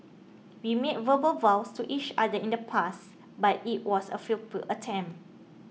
we made verbal vows to each other in the past but it was a futile attempt